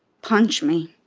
punch me.